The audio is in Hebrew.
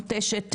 נוטשת,